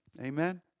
Amen